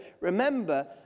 remember